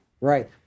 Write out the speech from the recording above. Right